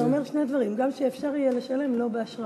אז אתה אומר שני דברים: גם שיהיה אפשר לשלם לא באשראי,